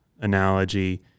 analogy